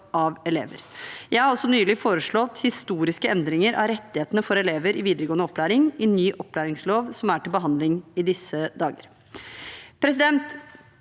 Jeg har også nylig foreslått historiske endringer av rettighetene til elever i videregående opplæring i ny opplæringslov, som er til behandling i disse dager.